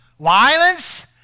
violence